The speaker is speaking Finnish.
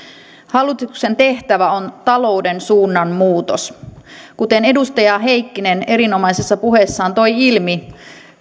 hallituksen tehtävä on talouden suunnan muutos kuten edustaja heikkinen erinomaisessa puheessaan toi ilmi